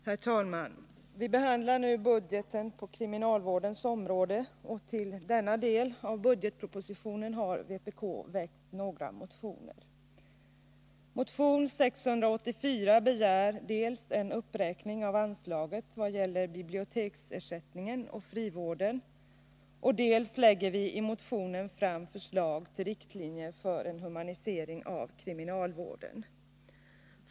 Herr talman! Vi behandlar nu budgeten på kriminalvårdens område, och till denna del av budgetpropositionen har vpk väckt några motioner. I motion 684 begär vi dels en uppräkning av anslaget vad gäller biblioteksersättning och frivården, dels lägger vi i motionen fram förslag till riktlinjer för en humanisering av kriminalvården.